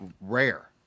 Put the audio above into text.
rare